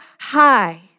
high